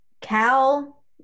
Cal